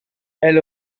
elle